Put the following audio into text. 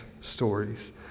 stories